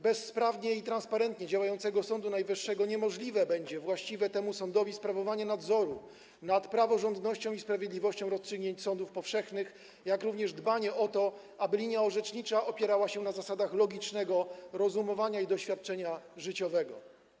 Bez sprawnie i transparentnie działającego Sądu Najwyższego niemożliwe będzie właściwe temu sądowi sprawowanie nadzoru nad praworządnością i sprawiedliwością rozstrzygnięć sądów powszechnych, jak również dbanie o to, aby linia orzecznicza opierała się na zasadach logicznego rozumowania i doświadczenia życiowego.